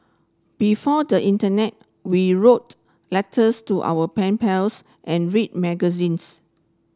before the internet we wrote letters to our pen pals and read magazines